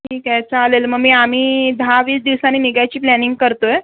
ठीक आहे चालेल मग मी आम्ही दहावीस दिवसानी निघायची प्लॅनिंग करतो आहे